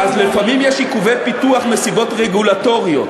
אז לפעמים יש עיכובי פיתוח, מסיבות רגולטוריות.